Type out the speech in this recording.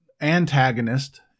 antagonist